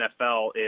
NFL